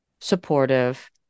supportive